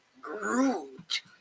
Groot